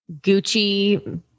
Gucci